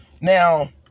Now